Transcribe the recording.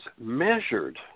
measured